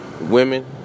Women